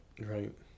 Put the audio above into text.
Right